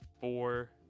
four